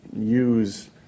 use